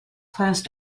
class